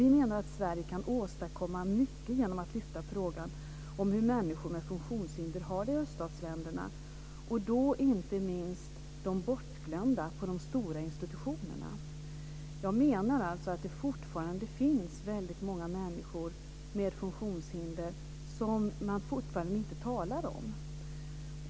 Vi menar att Sverige kan åstadkomma mycket genom att lyfta frågan om hur människor med funktionshinder har det i öststatsländerna, och då inte minst de bortglömda på de stora institutionerna. Jag menar alltså att det fortfarande finns väldigt många människor med funktionshinder som man fortfarande inte talar om.